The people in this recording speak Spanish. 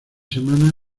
semanas